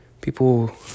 People